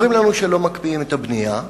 אומרים לנו שלא מקפיאים את הבנייה,